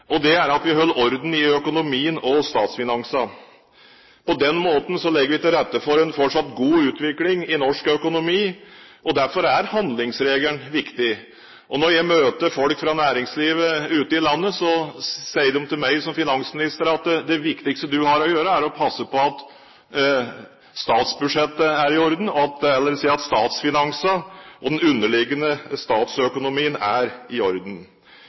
Og det er at vi holder orden i økonomien og statsfinansene. På den måten legger vi til rette for en fortsatt god utvikling i norsk økonomi. Derfor er handlingsreglen viktig. Når jeg møter folk fra næringslivet ute i landet, sier de til meg som finansminister at det viktigste du har å gjøre, er å passe på at statsbudsjettet er i orden, dvs. at statsfinansene og den underliggende statsøkonomien er i orden.